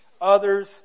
others